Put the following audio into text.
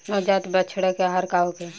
नवजात बछड़ा के आहार का होखे?